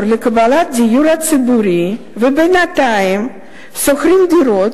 לקבלת דיור ציבורי ובינתיים שוכרים דירות,